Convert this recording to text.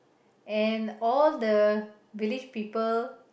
and all the village people